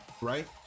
Right